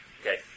Okay